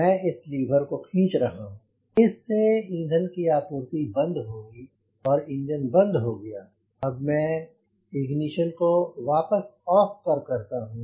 मैं इस लीवर को खींच रहा हूँ इस से ईंधन की आपूर्ति बंद हो गयी और इंजन बंद हो गया अब मैं इग्निशन को वापस 'ऑफ ' पर करता हूँ